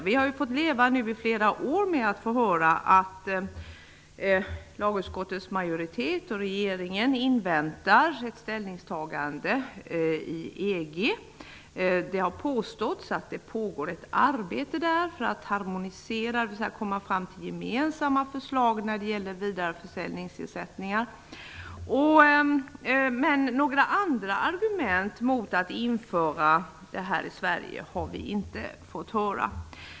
Vi har ju fått höra i flera år nu att lagutskottets majoritet och regeringen inväntar ett ställningstagande i EG. Det har påståtts att det pågår ett arbete där för att harmonisera, dvs. komma fram till gemensamma förslag, när det gäller vidareförsäljningsersättningar. Men några andra argument mot att införa detta i Sverige har vi inte fått höra.